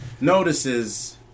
notices